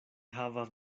havas